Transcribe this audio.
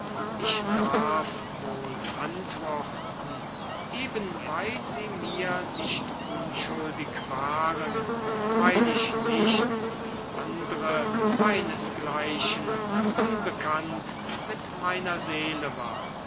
ich darf wohl antworten eben weil sie mir nicht unschuldig waren weil ich nicht wie andre meinesgleichen unbekannt mit meiner seele war